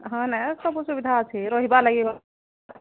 ହଁ ନାଇଁ ସବୁ ସୁବିଧା ଅଛି ରହିବାର ଲାଗି